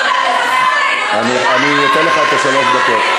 אני נותן לך את שלוש הדקות.